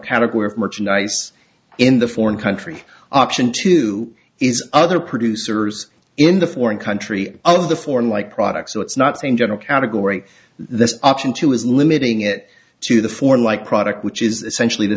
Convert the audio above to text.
category of merchandise in the foreign country option two is other producers in the foreign country of the foreign like products so it's not same general category this option two is limiting it to the four like product which is essentially the